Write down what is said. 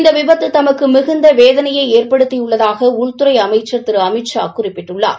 இந்த விபத்து தமக்கு மிகுந்த வேதனையை ஏற்படுத்தியுள்ளதாக உள்துறை அமைச்சர் திரு அமித்ஷா குறிப்பிட்டுள்ளார்